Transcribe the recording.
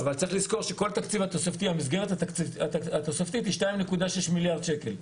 אבל צריך לזכור שכל המסגרת התוספתית היא 2.6 מיליארד שקלים.